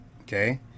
Okay